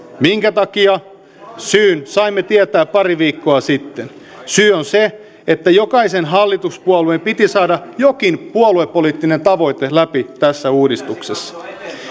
minkä takia syyn saimme tietää pari viikkoa sitten syy on se että jokaisen hallituspuolueen piti saada jokin puoluepoliittinen tavoite läpi tässä uudistuksessa